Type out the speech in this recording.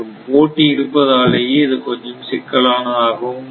போட்டி இருப்பதாலேயே இது கொஞ்சம் சிக்கலாகவும் இருக்கும்